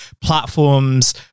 platforms